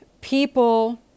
people